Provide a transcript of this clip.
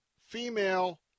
female